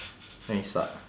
then you start